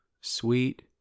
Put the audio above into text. Sweet